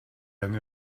han